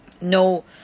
No